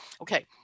Okay